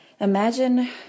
Imagine